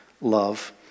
love